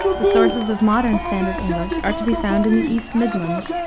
the sources of modern standard english are to be found in the east midland,